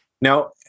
Now